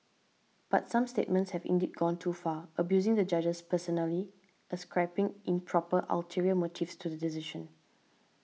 but some statements have indeed gone too far abusing the judges personally ascribing improper ulterior motives to the decision